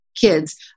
kids